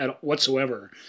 whatsoever